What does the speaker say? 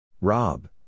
Rob